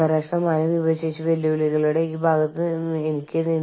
കൈക്കൂലി എന്തുവിലകൊടുത്തും ഒഴിവാക്കണം